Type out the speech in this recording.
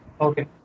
Okay